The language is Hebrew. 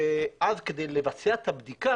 וכדי לבצע את הבדיקה